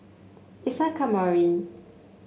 Isa Kamari